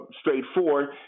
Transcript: straightforward